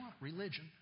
religion